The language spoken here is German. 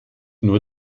nur